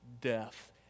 death